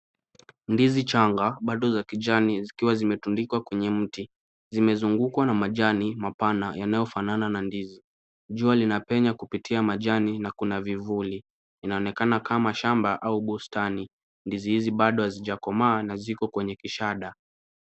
Ndizi changa bado za kijani zikiwa zimetundikwa kwenye mti. Zimezungukwa na majani mapana yanayofanana na ndizi. Jua linapenya kupitia majani na kuna vivuli. Inaonekana kama shamba au bustani. Ndizi hizi bado hazijakomaa na ziko kwenye kishada.